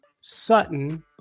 Sutton